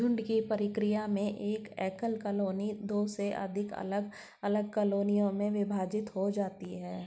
झुंड की प्रक्रिया में एक एकल कॉलोनी दो से अधिक अलग अलग कॉलोनियों में विभाजित हो जाती है